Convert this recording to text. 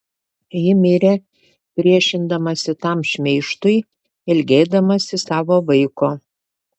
ji mirė priešindamasi tam šmeižtui ilgėdamasi savo vaiko